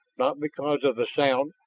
not because of the sound,